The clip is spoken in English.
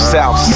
South